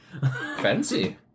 fancy